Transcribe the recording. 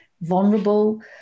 vulnerable